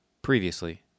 previously